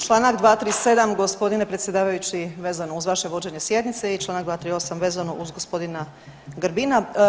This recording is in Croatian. Čl. 237. gospodine predsjedavajući vezano uz vaše vođenje sjednice i čl. 238. vezano uz gospodina Grbina.